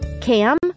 Cam